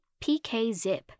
PKZip